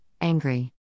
angry